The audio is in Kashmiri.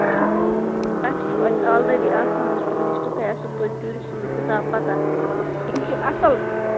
آہَن تۄہہِ چھُو اَتہِ آلریڈی آسان حظ ٹیٛوٗرِسٹہٕ تۄہہِ آسٮ۪و توٚتہِ ٹیٛوٗرِسٹَن ہُنٛد حِساب پتاہ یِم چھِ اَصٕل